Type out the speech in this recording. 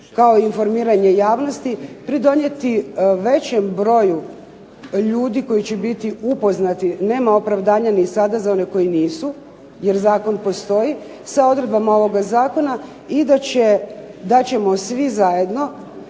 kao i informiranje javnosti, pridonijeti većem broju ljudi koji će biti upoznati, nema opravdanja ni sada za one koji nisu jer zakon postoji, sa odredbama ovoga zakona i da ćemo svi zajedno